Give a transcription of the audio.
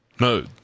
No